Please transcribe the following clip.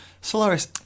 Solaris